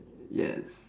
yes